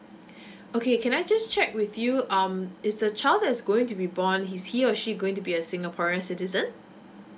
okay can I just check with you um is the child that is going to be born is he or she going to be a singaporean citizen